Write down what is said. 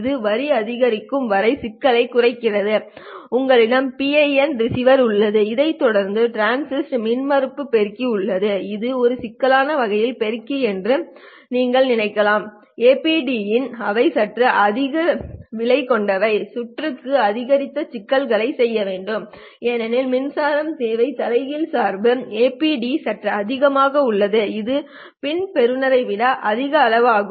இந்த வரி அதிகரித்து வரும் சிக்கலையும் குறிக்கிறது உங்களிடம் PIN ரிசீவர் உள்ளது அதைத் தொடர்ந்து டிரான்ஸ் மின்மறுப்பு பெருக்கி உள்ளது இது ஒரு சிக்கலான வகையான பெருக்கி என்று நீங்கள் நினைக்கலாம் APD கள் அவை சற்று அதிக விலை கொண்டவை சுற்றுக்கு அதிகரித்த சிக்கல்களைச் செய்ய வேண்டும் ஏனெனில் மின்சாரம் தேவை தலைகீழ் சார்புடைய APD சற்று அதிகமாக உள்ளது இது PIN பெறுநர்களை விட மிக அதிகம்